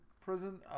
prison